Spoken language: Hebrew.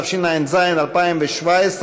התשע"ז 2017,